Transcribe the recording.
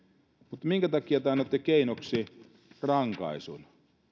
mutta minkä takia te annatte keinoksi rankaisun